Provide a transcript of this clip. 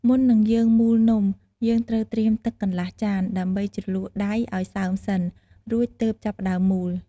មុននឹងយើងមូលនំ យើងត្រូវត្រៀមទឹកកន្លះចាន ដើម្បីជ្រលក់ដៃឱ្យសើមសិន រួចទើបចាប់ផ្ដើមមូល។